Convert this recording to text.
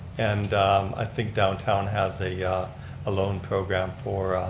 and i think downtown has a ah loan program for.